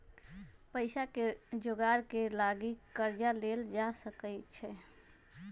पइसाके जोगार के लागी कर्जा लेल जा सकइ छै